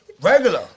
Regular